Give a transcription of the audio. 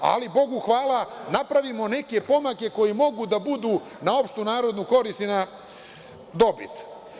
Ali, Bogu hvala, napravimo neke pomake koji mogu da budu na opštu narodnu korist i na dobit.